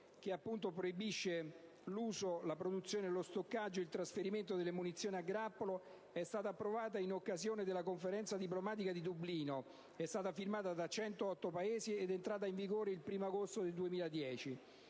che proibisce l'uso, la produzione, lo stoccaggio ed il trasferimento delle munizioni a grappolo, è stata approvata in occasione della Conferenza diplomatica di Dublino, firmata da 108 Paesi ed entrata in vigore il 1° agosto del 2010.